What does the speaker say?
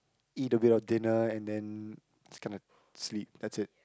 eat a bit of dinner and then it's kinda sleep that's it